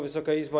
Wysoka Izbo!